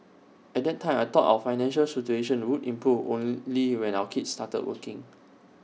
at that time I thought our financial situation would improve only when our kids started working